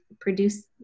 produce